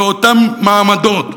ואותם מעמדות,